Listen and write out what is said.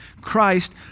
christ